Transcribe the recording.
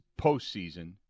postseason